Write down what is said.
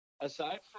aside